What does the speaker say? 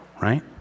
right